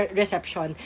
reception